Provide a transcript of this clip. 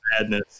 madness